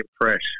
fresh